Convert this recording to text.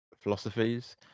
philosophies